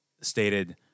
stated